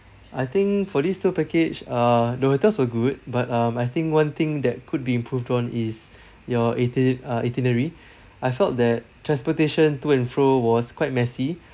I think for this tour package uh the hotels were good but um I think one thing that could be improved on is your iti~ uh itinerary I felt that transportation to and fro was quite messy